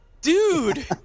Dude